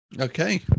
okay